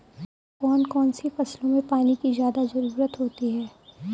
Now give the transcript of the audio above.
कौन कौन सी फसलों में पानी की ज्यादा ज़रुरत होती है?